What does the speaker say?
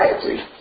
society